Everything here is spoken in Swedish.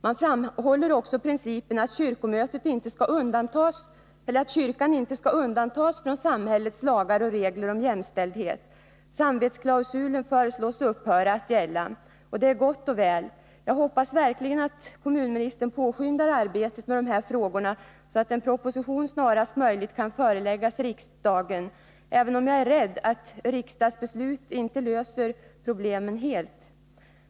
Man framhåller också principen att kyrkan inte skall undantas från samhällets lagar och regler om jämställdhet. Samvetsklausulen föreslås upphöra att gälla. Och det är gott och väl. Jag hoppas verkligen att kommunministern påskyndar arbetet med dessa frågor så att en proposition snarast möjligt kan föreläggas riksdagen, även om jag är rädd att ett riksdagsbeslut inte löser problemen helt.